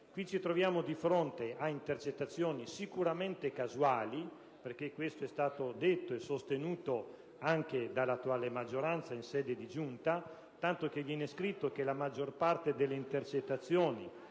Qui ci troviamo di fronte ad intercettazioni sicuramente casuali; questo è stato detto e sostenuto anche dall'attuale maggioranza in sede di Giunta, tanto che è stato scritto che la maggior parte delle intercettazioni